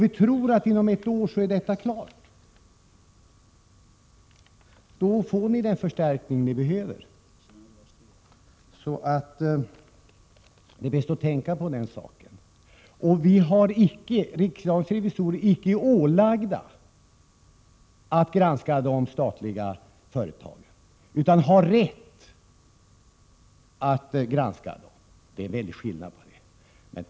Vi tror att allt är klart inom ett år. Då får riksdagens revisorer den förstärkning som de behöver. Så det är bäst att tänka på det. Vi har icke ålagt riksdagens revisorer att granska de statliga företagen, men de har rätt att göra det. Det är en väldig stor skillnad.